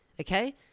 okay